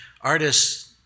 artists